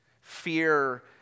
fear